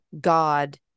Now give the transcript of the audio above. God